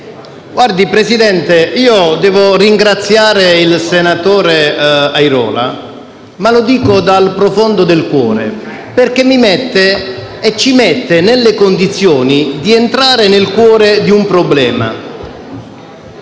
*(PD)*. Presidente, io devo ringraziare il senatore Airola - ma lo dico dal profondo del cuore - perché mi mette e ci mette nelle condizioni di entrare nel cuore di un problema.